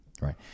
Right